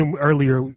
earlier